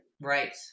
Right